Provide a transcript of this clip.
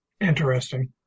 Interesting